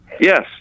Yes